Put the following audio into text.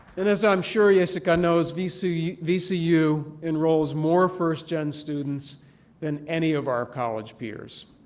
and as i'm sure yessicac ah knows, vcu vcu enrols more first gen students than any of our college peers,